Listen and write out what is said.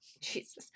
Jesus